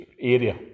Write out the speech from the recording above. area